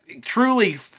truly